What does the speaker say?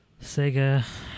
Sega